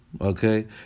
okay